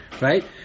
Right